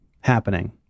happening